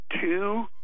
two